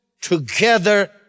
together